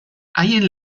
haien